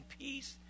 peace